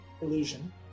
Illusion